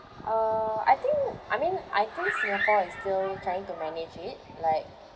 uh I think I mean I think Singapore is still trying to manage it like